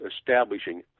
establishing